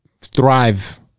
thrive